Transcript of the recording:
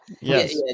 Yes